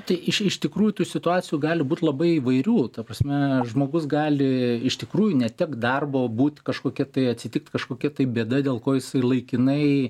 tai iš iš tikrųjų tų situacijų gali būt labai įvairių ta prasme žmogus gali iš tikrųjų netekt darbo būt kažkokie tai atsitikt kažkokia bėda dėl ko jisai laikinai